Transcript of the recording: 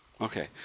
Okay